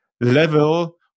level